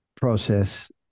process